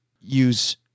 use